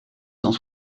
cent